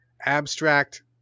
abstract